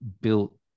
built